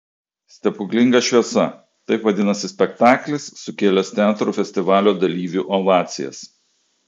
stebuklinga šviesa taip vadinasi spektaklis sukėlęs teatrų festivalio dalyvių ovacijas